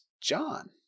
John